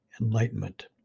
enlightenment